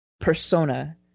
persona